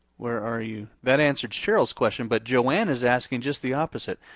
where are you, that answered cheryl's question, but joanna's asking just the opposite.